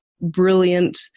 brilliant